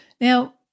Now